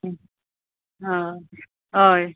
हय